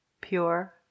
pure